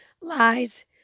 lies